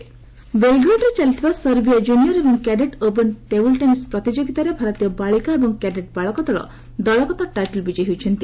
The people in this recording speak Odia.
ଟେବୁଲ୍ ଟେନିସ୍ ବେଲ୍ଗ୍ରେଡ୍ରେ ଚାଲିଥିବା ସର୍ବିଆ ଜୁନିୟର୍ ଏବଂ କ୍ୟାଡେଟ୍ ଓପନ୍ ଟେବ୍ରଲ୍ ଟେନିସ୍ ପ୍ରତିଯୋଗିତାରେ ଭାରତୀୟ ବାଳିକା ଏବଂ କ୍ୟାଡେଟ୍ ବାଳକ ଦଳ ଦଳଗତ ଟାଇଟଲ୍ ବିଜୟୀ ହୋଇଛନ୍ତି